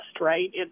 right